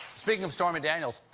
speaking of stormy daniels,